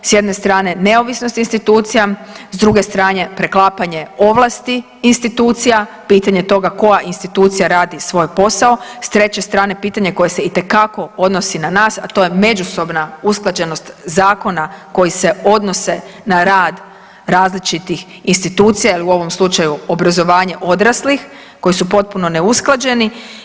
S jedne strane neovisnost institucija, s druge strane preklapanje ovlasti institucija, pitanje toga koja institucija radi svoj posao, s treće strane pitanje koje se itekako odnosi na nas, a to je međusobna usklađenost zakona koji se odnose na rad različitih institucija jel u ovom obrazovanje odraslih koji su potpuno neusklađeni.